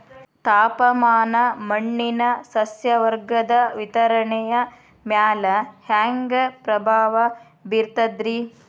ತಾಪಮಾನ ಮಣ್ಣಿನ ಸಸ್ಯವರ್ಗದ ವಿತರಣೆಯ ಮ್ಯಾಲ ಹ್ಯಾಂಗ ಪ್ರಭಾವ ಬೇರ್ತದ್ರಿ?